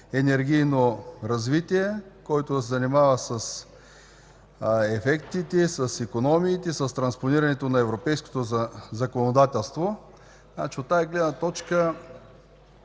енергийно развитие”, който да се занимава с ефектите, с икономиите, с транспонирането на европейското законодателство. От тази гледна точка